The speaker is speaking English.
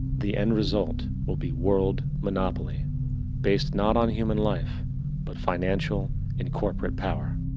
the end result will be world monopoly based not on human life but financial and corporate power.